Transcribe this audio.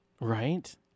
Right